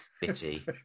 Bitty